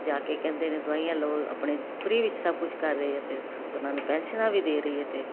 ਜਾ ਕੇ ਕਹਿੰਦੇ ਨੇ ਦਵਾਈਆਂ ਲੋ ਆਪਣੇ ਫਰੀ ਵਿੱਚ ਸਭ ਕੁਝ ਕਰ ਰਹੇ ਤੇ ਉਹਨਾਂ ਨੂੰ ਪੈਨਸ਼ਨਾਂ ਵੀ ਦੇ ਰਹੀ ਹ ਤੇ